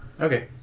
Okay